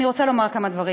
אני רוצה לומר כמה דברים.